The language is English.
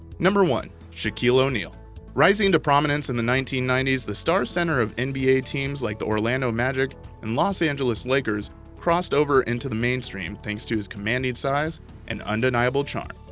one shaquille o'neal rising to prominence in the nineteen ninety s, the star center of and nba teams like the orlando magic and los angeles lakers crossed over into the mainstream thanks to his commanding size and undeniable charm.